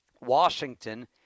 Washington